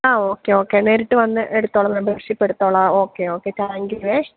ആ ഓക്കെ നേരിട്ട് വന്ന് എടുത്തോളാം മെമ്പർഷിപ്പെടുത്തോളാം okay okay thank you way